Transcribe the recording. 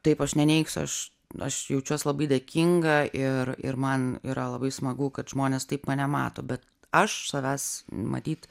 taip aš neneigsiu aš aš jaučiuos labai dėkinga ir ir man yra labai smagu kad žmonės taip mane mato bet aš savęs matyt